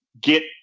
get